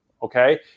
Okay